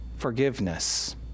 forgiveness